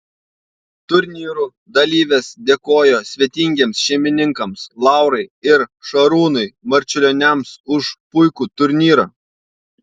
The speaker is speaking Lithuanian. turnyrų dalyvės dėkojo svetingiems šeimininkams laurai ir šarūnui marčiulioniams už puikų turnyrą